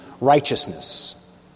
righteousness